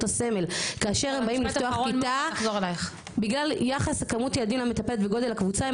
הסמל כאשר הם באים לפתוח כיתה בגלל יחס כמות הילדים למטפלת בגודל הקבוצה,